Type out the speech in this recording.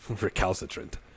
recalcitrant